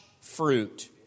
fruit